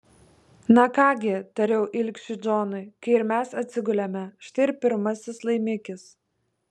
na ką gi tariau ilgšiui džonui kai ir mes atsigulėme štai ir pirmasis laimikis